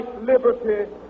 liberty